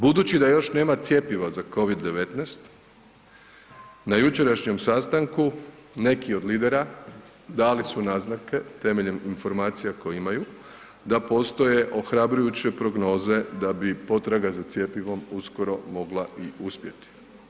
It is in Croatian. Budući da još nema cjepiva za COVID-19, na jučerašnjem sastanku neki od lidera dali su naznake temeljem informacija koje imaju, da postoje ohrabrujuće prognoze da bi potraga za cjepivom uskoro mogla i uspjeti.